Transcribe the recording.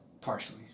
Partially